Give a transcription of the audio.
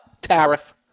tariff